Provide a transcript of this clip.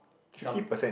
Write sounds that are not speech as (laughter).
some (breath)